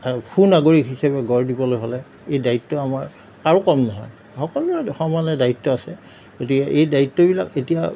আৰু সুনাগৰিক হিচাপে গঢ় দিবলৈ হ'লে এই দায়িত্ব আমাৰ কাৰো কম নহয় সকলোৰে সমানে দায়িত্ব আছে গতিকে এই দায়িত্ববিলাক এতিয়া